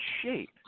shape